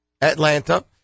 Atlanta